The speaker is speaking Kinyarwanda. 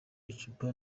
icupa